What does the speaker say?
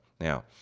now